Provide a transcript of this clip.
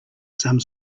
some